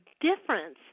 difference